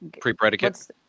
Pre-Predicate